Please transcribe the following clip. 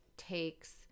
takes